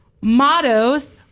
mottos